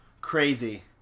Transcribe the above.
Crazy